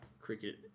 cricket